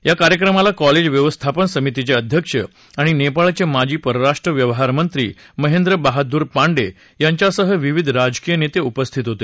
या कार्यक्रमाला कॉलेज व्यवस्थापन समितीचे अध्यक्ष आणि नेपाळचे माजी परराष्ट्र व्यवहार मंत्री महेंद्र बहादूर पांडे यांच्यासह विविध राजकीय नेते उपस्थित होते